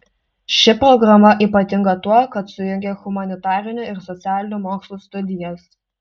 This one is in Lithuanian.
ši programa ypatinga tuo kad sujungia humanitarinių ir socialinių mokslų studijas